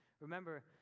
Remember